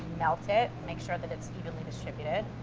melt it, make sure that it's evenly distributed.